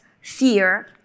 fear